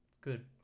Good